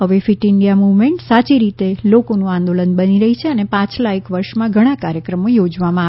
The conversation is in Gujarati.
હવે ફીટ ઈન્ડિયા મુવમેન્ટ સાચી રીતે લોકોનું આંદોલન બની રહી છે અને પાછલા એક વર્ષમાં ઘણાં કાર્યક્રમો યોજવામાં આવ્યાં હતા